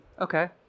Okay